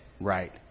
right